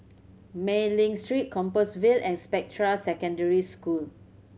Mei Ling Street Compassvale and Spectra Secondary School